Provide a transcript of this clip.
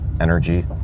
energy